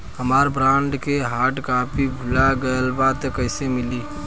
हमार बॉन्ड के hard copy भुला गएलबा त कैसे मिली?